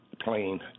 plane